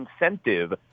incentive